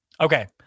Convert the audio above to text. Okay